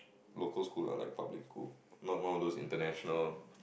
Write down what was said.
local school are like public school not one of those international